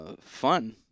fun